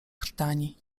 krtani